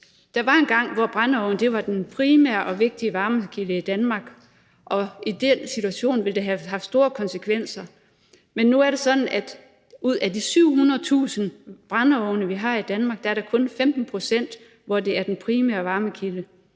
Der var engang, hvor brændeovne var den primære og vigtigste varmekilde i Danmark, og i den situation ville det her have haft store konsekvenser, men nu er det sådan, at ud af de 700.000 brændeovne, vi har i Danmark, er det kun 15 pct. af dem, der er den primære varmekilde.